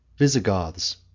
Visigoths